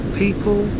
people